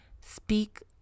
Speak